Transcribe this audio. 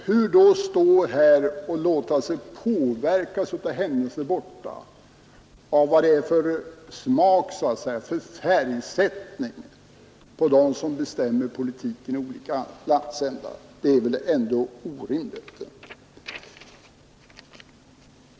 Varför då här låta sig påverkas av vad det så att säga är för smak eller färg på dem som bestämmer politiken i olika landsändar? Det är väl ändå orimligt.